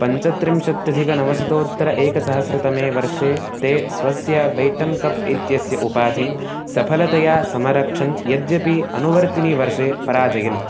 पञ्चत्रिंशत्यधिकनवशतोत्तर एकसहस्रतमे वर्षे ते स्वस्य बैटन् कप् इत्यस्य उपाधिं सफलतया समरक्षन् यद्यपि अनुवर्तिनी वर्षे पराजयन्